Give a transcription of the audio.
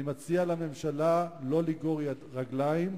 אני מציע לממשלה לא לגרור רגליים,